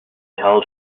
held